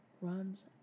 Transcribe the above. runs